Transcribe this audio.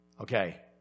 Okay